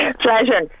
pleasure